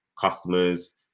customers